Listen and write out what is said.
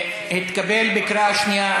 הצעת החוק התקבלה בקריאה שנייה.